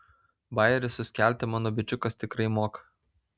bajerį suskelti mano bičiukas tikrai moka